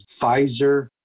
Pfizer